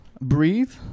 Breathe